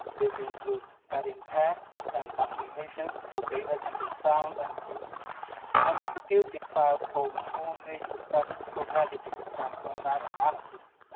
this includes adding text and documentation so data can be found and used and producing files for um all major statistical packages and online analysis.